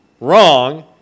Wrong